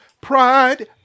Pride